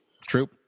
True